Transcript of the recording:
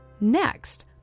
Next